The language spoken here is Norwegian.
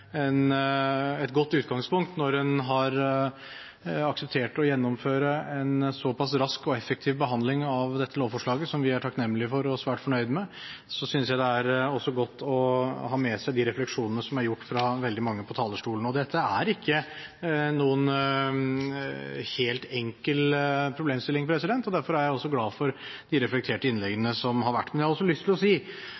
det også er godt å ha med seg de refleksjonene som er gjort av veldig mange fra talerstolen. Dette er ikke noen helt enkel problemstilling, og derfor er jeg også glad for de reflekterte innleggene som har vært. Men jeg har også lyst til å si,